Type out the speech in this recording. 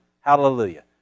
hallelujah